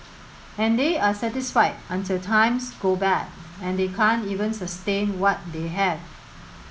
and they are satisfied until times go bad and they can't even sustain what they have